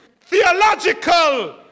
theological